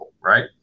Right